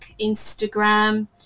Instagram